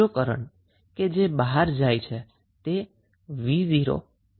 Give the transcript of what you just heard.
બીજો કરન્ટ કે જે બહાર જાય છે તે vo4 જેટલો છે